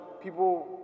people